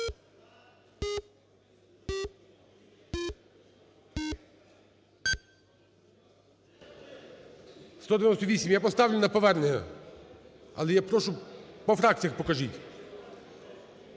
198. Я поставлю на повернення. Але я прошу, по фракціях покажіть.